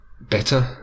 better